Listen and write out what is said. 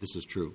this is true